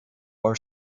are